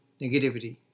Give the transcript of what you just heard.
negativity